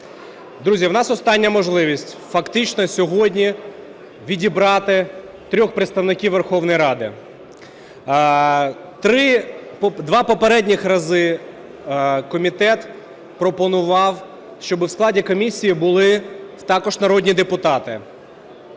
Друзі, у нас остання можливість фактично сьогодні відібрати трьох представників Верховної Ради. Два попередніх рази комітет пропонував, щоби в складі комісії були також народні депутати.